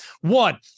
One